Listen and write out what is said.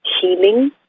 healing